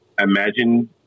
imagine